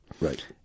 Right